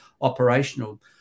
operational